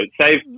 save